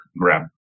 grab